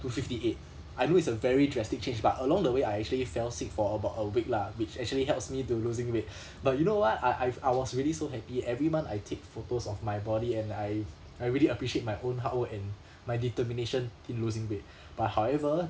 to fifty eight I know it's a very drastic change but along the way I actually fell sick for about a week lah which actually helps me to losing weight but you know what I I've I was really so happy every month I take photos of my body and I I really appreciate my own hard work and my determination in losing weight but however